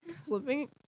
flipping